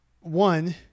One